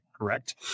correct